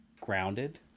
grounded